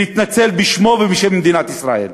והתנצל בשמו ובשם מדינת ישראל.